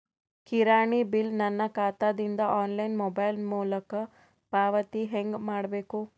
ಕಿರಾಣಿ ಬಿಲ್ ನನ್ನ ಖಾತಾ ದಿಂದ ಆನ್ಲೈನ್ ಮೊಬೈಲ್ ಮೊಲಕ ಪಾವತಿ ಹೆಂಗ್ ಮಾಡಬೇಕು?